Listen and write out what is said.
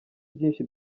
byinshi